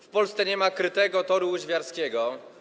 W Polsce nie ma krytego toru łyżwiarskiego.